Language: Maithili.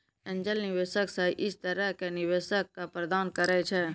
एंजल निवेशक इस तरह के निवेशक क प्रदान करैय छै